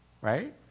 right